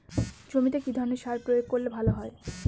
জমিতে কি ধরনের সার প্রয়োগ করলে ভালো হয়?